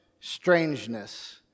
strangeness